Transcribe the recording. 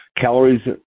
Calories